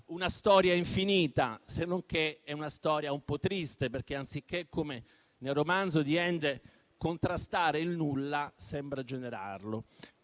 una storia infinita, senonché è una storia un po' triste perché, anziché, come nel romanzo di Ende, contrastare il nulla, sembra generarlo.